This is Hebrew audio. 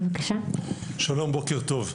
בבקשה.) שלום, בוקר טוב.